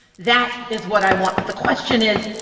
that is what i want. but the question is